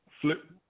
flip